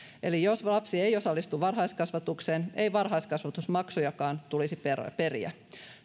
eli jos lapsi ei osallistu varhaiskasvatukseen ei varhaiskasvatusmaksujakaan tulisi periä